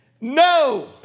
no